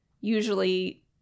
usually